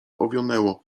owionęło